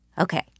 Okay